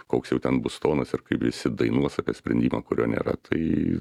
koks jau ten bus tonas ir kaip visi dainuos apie sprendimą kurio nėra tai